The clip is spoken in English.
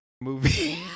movie